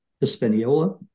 Hispaniola